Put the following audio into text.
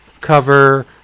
cover